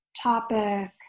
topic